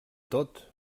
tot